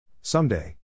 Someday